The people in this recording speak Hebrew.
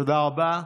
תודה רבה.